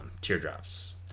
teardrops